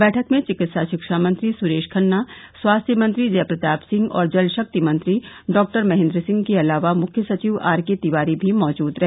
बैठक में चिकित्सा शिक्षा मंत्री सुरेश खन्ना स्वास्थ्य मंत्री जय प्रताप सिंह और जल शक्ति मंत्री डॉक्टर महेन्द्र सिंह के अलावा मुख्य सचिव आर के तिवारी भी मौजूद रहे